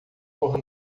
por